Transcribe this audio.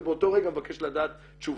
ובאותו רגע מבקש לדעת תשובות.